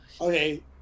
okay